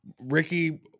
Ricky